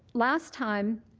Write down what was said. last time